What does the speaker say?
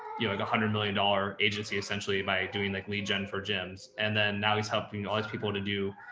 you know, like a a hundred million dollar agency essentially by doing like lead gen for gyms. and then now he's helping all these people to do,